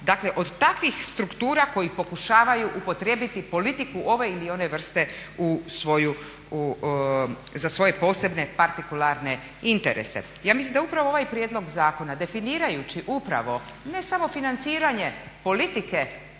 Dakle od takvih struktura koji pokušavaju upotrijebiti politiku ove ili one vrste u svoju, za svoje posebne partikularne interese. Ja mislim da je upravo ovaj prijedlog zakona definirajući upravo ne samo financiranje politike